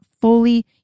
fully